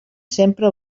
sempre